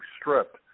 stripped